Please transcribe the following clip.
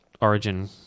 origin